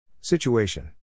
Situation